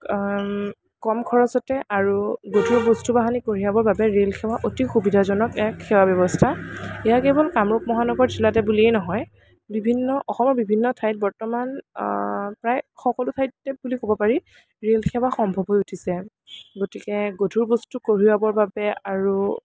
কম খৰচতে আৰু গধুৰ বস্তু বাহিনী কঢ়িয়াবৰ বাবে ৰেল সেৱা অতি সুবিধাজনক এক সেৱা ব্য়ৱস্থা এয়া কেৱল কামৰূপ মহানগৰ জিলাতে বুলিয়েই নহয় বিভিন্ন অসমৰ বিভিন্ন ঠাইত বৰ্তমান প্ৰায় সকলো ঠাইতে বুলি কব পাৰি ৰেল সেৱা সম্ভৱ হৈ উঠিছে গতিকে গধুৰ বস্তু কঢ়িয়াবৰ বাবে আৰু